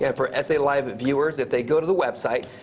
yeah for s a. live viewers, if they go to the website,